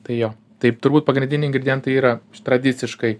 tai jo taip turbūt pagrindiniai ingredientai yra tradiciškai